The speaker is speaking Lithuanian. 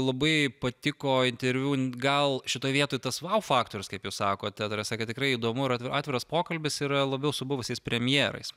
labai patiko interviu gal šitoj vietoj tas vau faktorius kaip jūs sakot ta prasme kad tikrai įdomu ar atviras pokalbis yra labiau su buvusiais premjerais